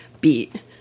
beat